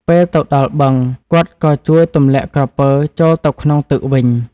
ពេលទៅដល់បឹង គាត់ក៏ជួយទម្លាក់ក្រពើចូលទៅក្នុងទឹកវិញ។